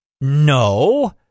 No